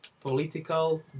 political